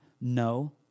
No